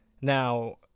Now